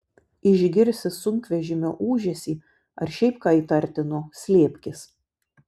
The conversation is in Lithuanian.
išgirsi sunkvežimio ūžesį ar šiaip ką įtartino slėpkis